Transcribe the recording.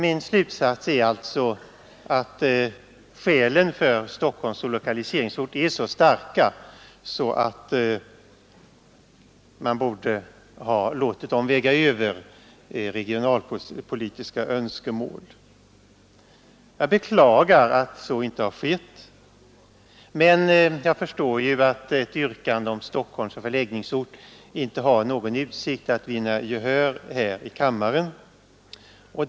Min slutsats blir att skälen för Stockholm som lokaliseringsort är så starka att man borde ha låtit dessa väga över regionalpolitiska önskemål. Jag beklagar att så inte har skett men jag förstår att ett yrkande om Stockholm som förläggningsort inte har någon utsikt att vinna gehör i kammaren.